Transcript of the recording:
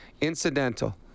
Incidental